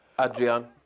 Adrian